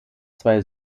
zwei